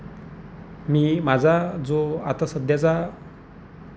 मी माझा जो आता सध्याचा